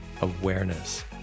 awareness